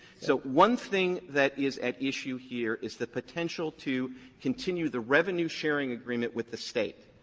so one thing that is at issue here is the potential to continue the revenue-sharing agreement with the state.